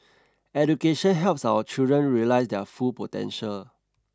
education helps our children realise their full potential